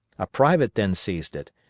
a private then seized it,